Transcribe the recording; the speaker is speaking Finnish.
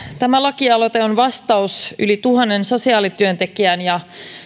tämä lakialoite on vastaus yli tuhannen sosiaalityöntekijän ja